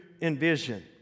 envision